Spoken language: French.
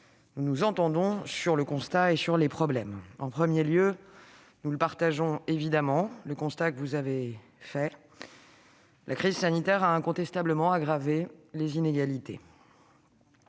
nous nous entendons sur le constat et les problèmes. En premier lieu, nous partageons évidemment le constat que vous avez dressé, madame la sénatrice : la crise sanitaire a incontestablement aggravé les inégalités.